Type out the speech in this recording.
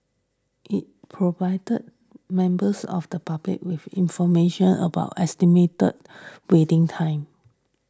it provided members of the public with information about estimated waiting time